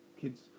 Kids